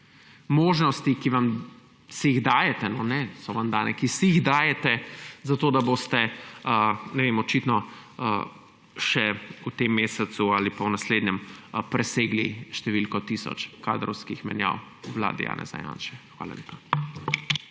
možnosti, ki si jih dajete, ne, so vam dane, ki si jih dajete, zato da boste očitno še v tem mesecu ali pa v naslednjem presegli številko tisoč kadrovskih menjav v vladi Janeza Janše. Hvala lepa.